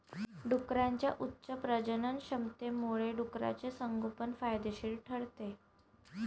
डुकरांच्या उच्च प्रजननक्षमतेमुळे डुकराचे संगोपन फायदेशीर ठरते